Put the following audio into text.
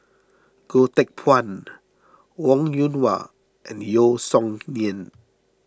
Goh Teck Phuan Wong Yoon Wah and Yeo Song Nian